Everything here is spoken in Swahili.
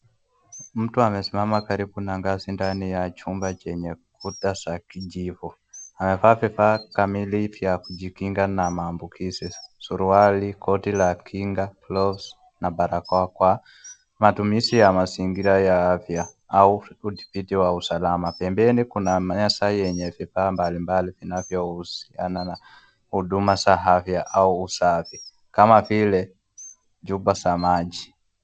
Mtu amesimama karibu na ngazi ndani ya chumba chenye kuta za kijivu amevaa vifaa kamili za kujikinga na maambukizi , suruali, koti la kinga ,(cs) gloves (cs) na barakoa kwa matumizi ya mazingira ya afya au udhibiti wa usalama, pembeni kuna meza yenye vifaa mbalimbali vinavyohusikana na huduma za afya au usafi kama vile; chupa za maji.